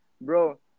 bro